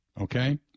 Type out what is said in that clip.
Okay